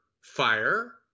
fire